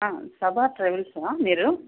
ప్రభ ట్రావెల్సా మీరు